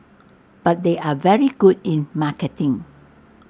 but they are very good in marketing